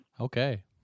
Okay